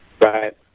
Right